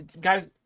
guys